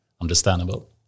understandable